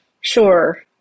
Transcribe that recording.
Sure